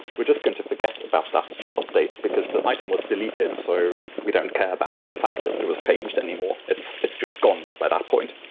we're just going to forget about update, because the item was deleted, so we don't care about the fact that it was changed anymore. it's it's just gone by that point,